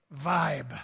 vibe